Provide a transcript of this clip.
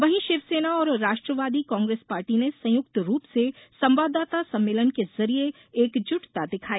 वहीं शिवसेना और राष्ट्रवादी कांग्रेस पार्टी ने संयुक्त रूप से संवाददाता सम्मेलन के जरिए एकजुटता दिखाई